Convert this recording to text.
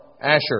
Asher